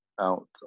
out